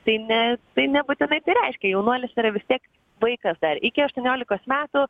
tai ne tai nebūtinai reiškia jaunuolis yra vis tiek vaikas dar iki aštuoniolikos metų